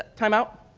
time out?